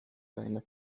reiner